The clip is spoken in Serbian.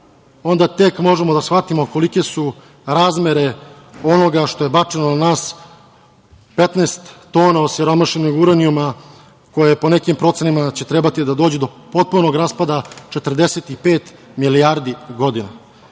onda tek možemo da shvatimo kolike su razmene onoga što je bačeno na nas, 15 tona osiromašenog uranijuma, koji po nekim procenama će trebati da dođe do potpunog raspada 45 milijardi godina.